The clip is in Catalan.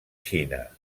xina